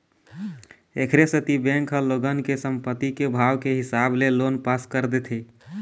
एखरे सेती बेंक ह लोगन के संपत्ति के भाव के हिसाब ले लोन पास कर देथे